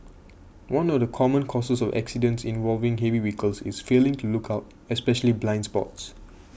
one of the common causes of accidents involving heavy vehicles is failing to look out especially blind spots